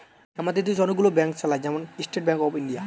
আমাদের দেশ অনেক গুলো ব্যাংক চালায়, যেমন স্টেট ব্যাংক অফ ইন্ডিয়া